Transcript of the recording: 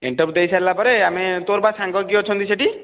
interview ଦେଇସାରିଲା ପରେ ଆମେ ତୋର ପା ସାଙ୍ଗ କିଏ ଅଛନ୍ତି ସେଇଠି